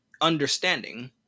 understanding